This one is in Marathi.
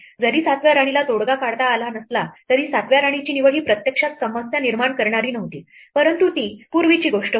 जरी 7 व्या राणीला तोडगा काढता आला नसला तरी 7 व्या राणीची निवड ही प्रत्यक्षात समस्या निर्माण करणारी नव्हती परंतु ती पूर्वीची गोष्ट होती